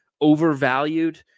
overvalued